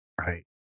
Right